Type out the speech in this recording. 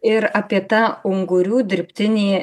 ir apie tą ungurių dirbtinį